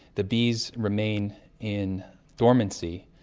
the bees remain in dormancy,